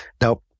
Now